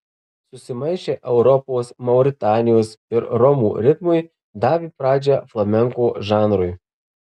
susimaišę europos mauritanijos ir romų ritmai davė pradžią flamenko žanrui